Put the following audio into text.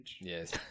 Yes